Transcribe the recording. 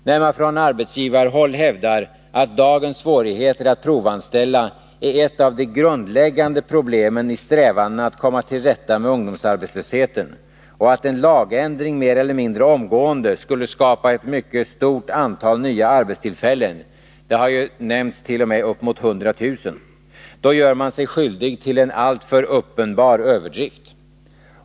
När man från arbetsgivarhåll hävdar att dagens svårigheter att provanställa är ett av de grundläggande problemen i strävandena att komma till rätta med ungdomsarbetslösheten och att en lagändring mer eller mindre omgående skulle skapa ett mycket stort antal nya arbetstillfällen — det har ju nämntst.o.m. uppemot 100 000 — då gör man sig skyldig till en alltför uppenbar överdrift.